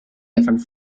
different